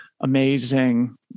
amazing